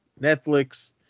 Netflix